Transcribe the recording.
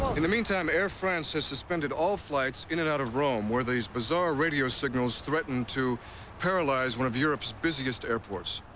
in the meantime, air france has suspended all flights in and out of rome where these bizarre radi ah signals threaten to paralyze one of europe's busiest airports.